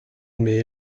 mais